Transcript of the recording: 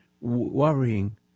worrying